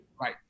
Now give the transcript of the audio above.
Right